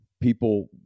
People